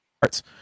parts